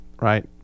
right